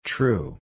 True